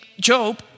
Job